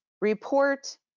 Report